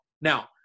Now